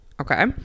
okay